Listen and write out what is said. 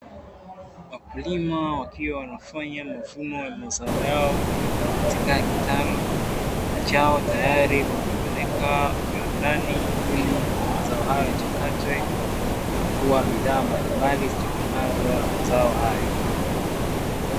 Wakulima wakiwa wanafanya mfumo wa mazao yao katika kitalu chao, tayari kwa kupeleka viwandani ili mazao hayo yachakatwe kuwa bidhaa mbalimbali; zitokanazo na mazao hayo.